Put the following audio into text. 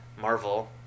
Marvel